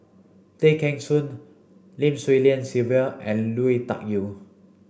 Tay Kheng Soon Lim Swee Lian Sylvia and Lui Tuck Yew